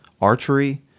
archery